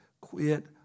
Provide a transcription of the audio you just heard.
quit